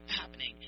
happening